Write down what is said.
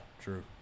true